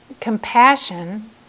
Compassion